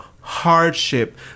hardship